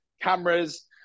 cameras